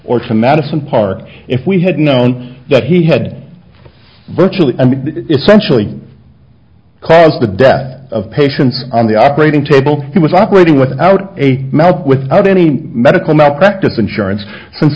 to madison park if we had known that he had virtually essentially calls the death of patient on the operating table he was operating without a map without any medical malpractise insurance since